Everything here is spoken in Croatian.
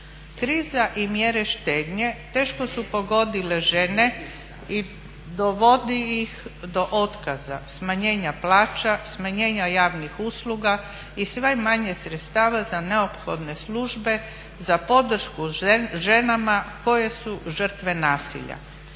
Kriza i mjere štednje teško su pogodile žene i dovodi ih do otkaza, smanjenja plaća, smanjenja javnih usluga i sve manje sredstava za neophodne službe za podršku ženama koje su žrtve nasilja.